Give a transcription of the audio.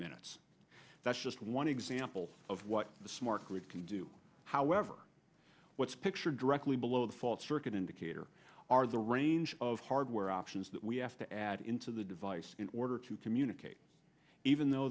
minutes that's just one example of what the smart grid can do however what's pictured directly below the fault circuit indicator are the range of hardware options that we have to add into the device in order to communicate even though